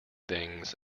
things